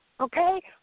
Okay